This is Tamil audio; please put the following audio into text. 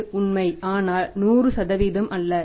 இது உண்மை ஆனால் 100 அல்ல